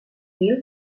mil